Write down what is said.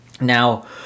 now